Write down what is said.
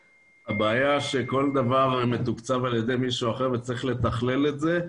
הבעיה שכל דבר מתוקצב על ידי מישהו אחר וצריך לתכלל את זה.